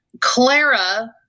Clara